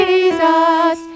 Jesus